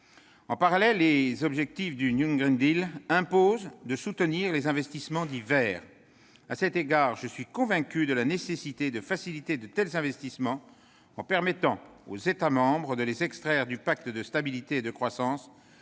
En parallèle, les objectifs du imposent de soutenir les investissements dits « verts ». À cet égard, je suis convaincu de la nécessité de faciliter de tels investissements, en permettant aux États membres de les extraire du pacte de stabilité et de croissance,